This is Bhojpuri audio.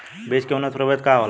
बीज के उन्नत प्रभेद का होला?